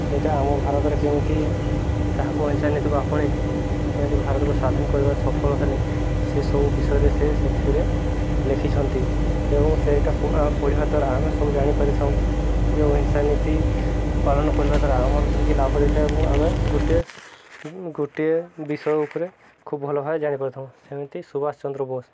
ସେଇଟା ଆମ ଭାରତରେ କେମିତି ତାହାକୁ ଅହିଂସା ନୀତିକୁ ଆପଣେଇ କେମିତି ଭାରତକୁ ସ୍ଵାଧୀନ କରିବାର ସଫଳ ହେଲେ ସେ ସବୁ ବିଷୟରେ ସେ ସେଥିରେ ଲେଖିଛନ୍ତି ଏବଂ ସେଇଟା ପଢ଼ିବା ଦ୍ୱାରା ଆମେ ସବୁ ଜାଣିପାରିଥାଉଁ ଯେ ଅହିଂସା ନୀତି ପାଳନ କରିବା ଦ୍ୱାରା ଆମର କି କି ଲାଭ ଦେଇଥାଏ ଏବଂ ଆମେ ଗୋଟିଏ ଗୋଟିଏ ବିଷୟ ଉପରେ ଖୁବ ଭଲ ଭାବରେ ଜାଣିପାରିଥାଉ ସେମିତି ସୁବାଷ ଚନ୍ଦ୍ର ବୋଷ